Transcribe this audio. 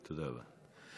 תודה רבה.